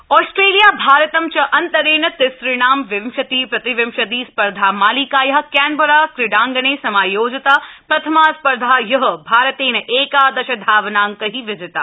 cricket Australia भारतं च अन्तरेण तिसृणां विंशति प्रतिविंशति स् र्धामालिकाया कैनबरा क्रीडांगणे समायोजिता प्रथमास् र्धा हय भारतेन एकादश धावनांकै विजिता